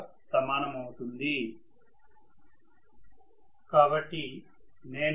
professor మరియు విద్యార్థి మధ్య సంభాషణ ముగుస్తుంది